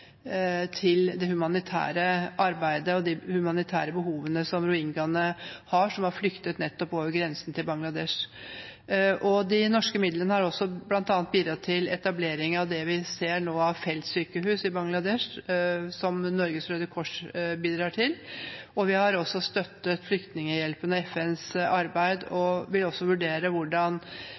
til det humanitære arbeidet og de humanitære behovene som rohingyaene har, som har flyktet nettopp over grensen til Bangladesh. De norske midlene har bl.a. medvirket til etablering av det vi nå ser av feltsykehus i Bangladesh, som Norges Røde Kors bidrar til. Vi har også støttet Flyktninghjelpens og FNs arbeid. Jeg registrerer at utenriksministeren sier at man vil vurdere ytterligere hvordan